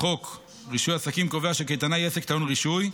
לחוק רישוי עסקים קובע שקייטנה היא עסק טעון רישוי,